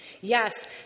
Yes